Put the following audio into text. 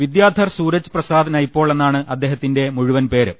വിദ്യാധർ സൂരജ് പ്രസാദ് നയ്പോൾ എന്നാണ് അദ്ദേഹത്തിന്റെ മുഴുവൻപേര്